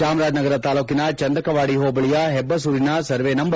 ಚಾಮರಾಜನಗರ ತಾಲೂಕಿನ ಚಂದಕವಾಡಿ ಹೋಬಳಿಯ ಹೆಬ್ಬಸೂರಿನ ಸರ್ವೇ ನಂ